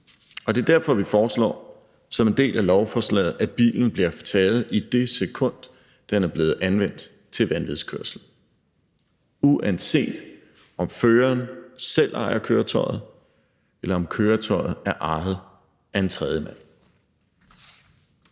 Det er derfor, vi foreslår som en del af lovforslaget, at bilen bliver taget, i det sekund den er blevet anvendt til vanvidskørsel, uanset om føreren selv ejer køretøjet, eller om køretøjet er ejet af en tredjemand.